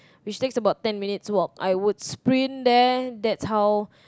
which takes about ten minute walk I would sprint there that's how